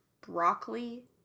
broccoli